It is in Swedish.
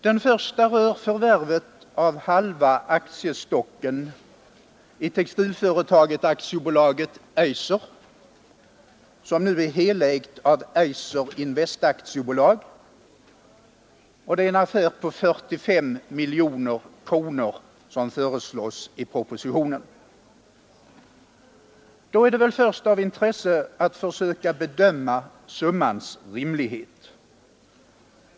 Den första rör förvärvet av halva aktiestocken i textilföretaget AB Eiser, som nu är helägt av Eiser Invest AB. Det är en affär på 45 miljoner kronor som föreslås i propositionen. Då är det väl först av intresse att försöka bedöma summans rimlighet.